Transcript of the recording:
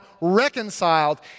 reconciled